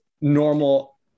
normal